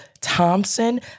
Thompson